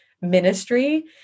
ministry